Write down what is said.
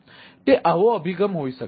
તેથી તે આવો અભિગમ હોઈ શકે છે